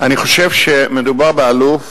אני חושב שמדובר באלוף,